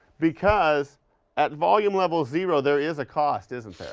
because at volume levels zero there is a cost, isn't there?